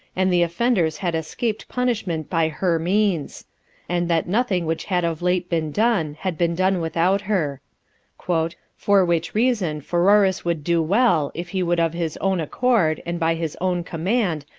and the offenders had escaped punishment by her means and that nothing which had of late been done had been done without her for which reason pheroras would do well, if he would of his own accord, and by his own command,